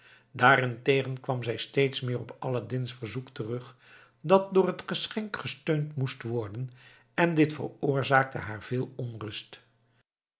daarentegen kwam zij steeds weer op aladdin's verzoek terug dat door het geschenk gesteund moest worden en dit veroorzaakte haar veel onrust